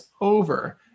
over